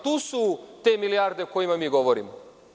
Tu su te milijarde o kojima danas govorimo.